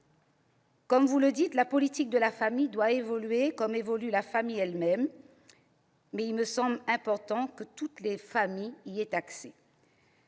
Comme vous le dites, la politique de la famille doit évoluer comme la famille évolue, mais il me semble important que toutes les familles y aient accès.